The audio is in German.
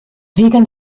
wegen